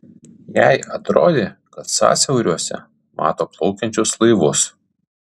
jai atrodė kad sąsiauriuose mato plaukiančius laivus